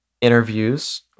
interviews